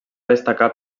destacar